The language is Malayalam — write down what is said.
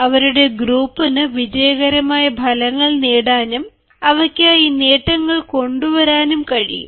അവരുടെ ഗ്രൂപ്പിന് വിജയകരമായ ഫലങ്ങൾ നേടാനും അവയ്ക്കായി നേട്ടങ്ങൾ കൊണ്ടുവരാനും കഴിയും